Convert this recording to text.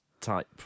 type